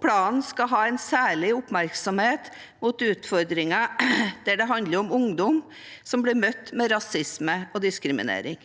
Planen skal ha en særlig oppmerksomhet mot utfordringer der det handler om ungdom som blir møtt med rasisme og diskriminering.